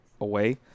away